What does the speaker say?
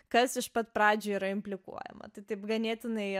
kas iš pat pradžių yra implikuojama tai taip ganėtinai